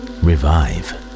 Revive